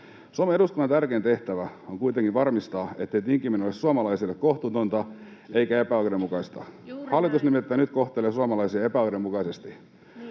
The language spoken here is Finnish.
Suomen eduskunnan tärkein tehtävä on kuitenkin varmistaa, ettei tinkiminen ole suomalaisille kohtuutonta eikä epäoikeudenmukaista. Hallitus nimittäin nyt kohtelee suomalaisia epäoikeudenmukaisesti.